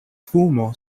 fumo